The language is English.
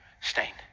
stained